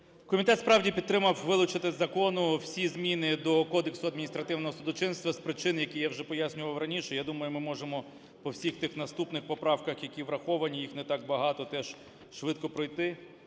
Комітет справді підтримав вилучити із закону всі зміни до Кодексу адміністративного судочинства з причин, які я вже пояснював раніше. Я думаю, ми можемо по всіх тих наступних поправках, які враховані, їх не так багато, теж швидко пройти,